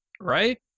Right